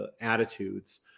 attitudes